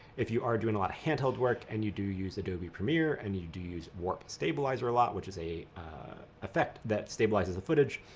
if you are doing a lot of handheld work and you do use adobe premiere and you do use warp stabilizer a lot which is an effect that stabilizes the footage.